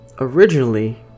Originally